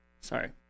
sorry